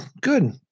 Good